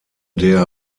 der